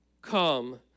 Come